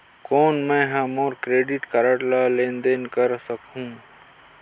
कौन मैं ह मोर क्रेडिट कारड ले लेनदेन कर सकहुं?